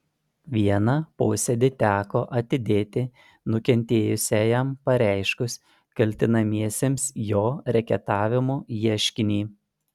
vieną posėdį teko atidėti nukentėjusiajam pareiškus kaltinamiesiems jo reketavimu ieškinį